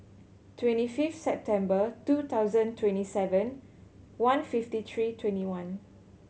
twenty fifth September two thousand twenty seven one fifty three twenty one